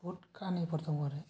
बहुथ खाहानिफोर दं आरो